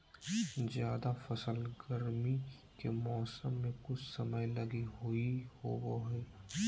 जायद फसल गरमी के मौसम मे कुछ समय लगी ही होवो हय